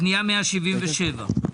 פנייה מס' 177: